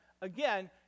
again